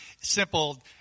simple